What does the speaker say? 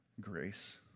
grace